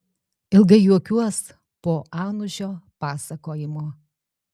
ilgai juokiuos po anužio pasakojimo